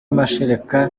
amashereka